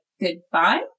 goodbye